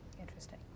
Interesting